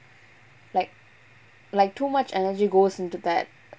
like like too much energy goes into that